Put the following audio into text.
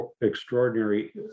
extraordinary